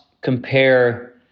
compare